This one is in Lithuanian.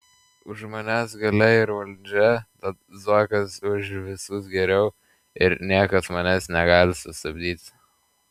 už manęs galia ir valdžia tad zuokas už visus geriau ir niekas manęs negali sustabdyti